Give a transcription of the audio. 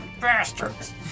bastards